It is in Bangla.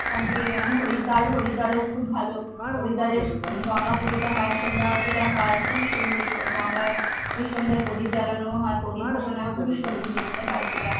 ওখান থেকে গেলাম হরিদ্বার হরিদ্বারেও খুব ভালো হরিদ্বারের স গঙ্গা পুজোটা হয় সন্ধ্যা আরতিটা হয় খুবই সুন্দর স গঙ্গায় ওই সন্ধ্যের প্রদীপ জ্বালানো হয় প্রদীপ ভাসানো হয় খুবই সুন্দর দেখতে হয় সেটা